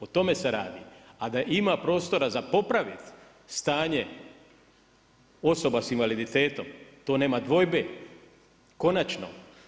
O tome se radi, a da ima prostora za popraviti, stanje, osoba s invaliditetom, to nema dvojbe, konačno.